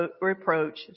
reproach